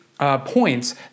Points